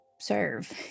serve